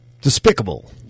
Despicable